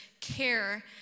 care